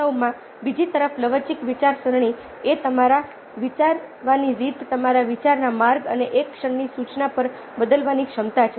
વાસ્તવમાં બીજી તરફ લવચીક વિચારસરણી એ તમારી વિચારવાની રીત તમારા વિચારના માર્ગને એક ક્ષણની સૂચના પર બદલવાની ક્ષમતા છે